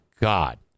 God